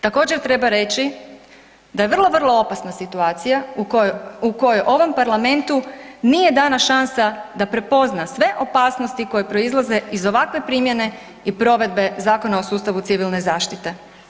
Također treba reći da je vrlo, vrlo opasna situacija u kojoj ovom Parlamentu nije dana šansa da prepozna sve opasnosti koje proizlaze iz ovakve primjene i provedbe Zakona o sustavu Civilne zaštite.